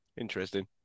Interesting